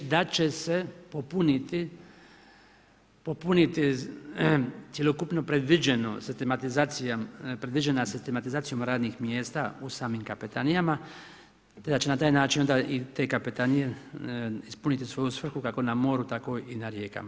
Da će se popuniti cjelokupno predviđeno sistematizacijom, predviđeno sistematizacijom radnih mjesta u samim kompanijama, da će na taj način onda i te kapetanije, ispuniti svoju svrhu kako na moru tako i na rijekama.